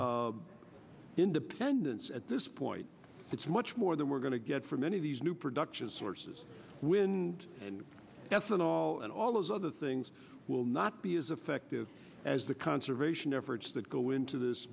energy independence at this point it's much more than we're going to get from any of these new production sources when and ethanol and all those other things will not be as effective as the conservation efforts that go into this